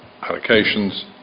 allocations